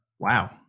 Wow